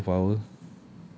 that's not a superpower